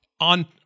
on